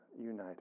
united